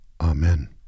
Amen